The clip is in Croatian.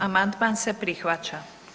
Amandman se prihvaća.